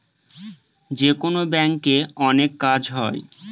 যেকোনো ব্যাঙ্কে অনেক কাজ হয়